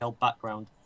background